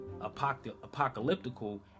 apocalyptical